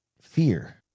fear